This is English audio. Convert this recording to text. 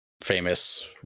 famous